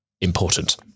important